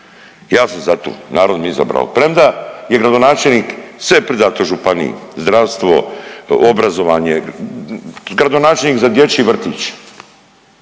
ja sam za to, narod me izabrao. Premda je gradonačelnik sve pridao to županiji zdravstvo, obrazovanje, gradonačelnik za dječji vrtić,